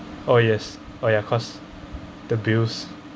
oh yes oh ya cause the bills